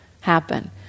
happen